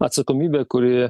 atsakomybę kuri